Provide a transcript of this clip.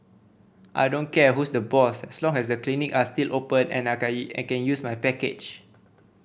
I don't care who's the boss as long as the clinic are still open and I can I can use my package